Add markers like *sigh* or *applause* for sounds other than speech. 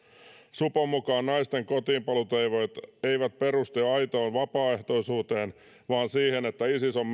supon mukaan naisten kotiinpaluutoiveet eivät perustu aitoon vapaaehtoisuuteen vaan siihen että isis on *unintelligible*